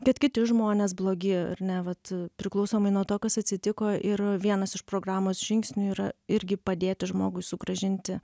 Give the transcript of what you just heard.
kad kiti žmonės blogi ar ne vat priklausomai nuo to kas atsitiko ir vienas iš programos žingsnių yra irgi padėti žmogui sugrąžinti